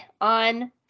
on